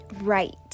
Right